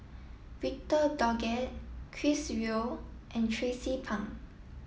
Victor Doggett Chris Yeo and Tracie Pang